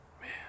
Man